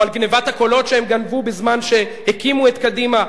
או על גנבת הקולות שהם גנבו בזמן שהקימו את קדימה?